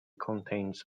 contains